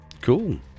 Cool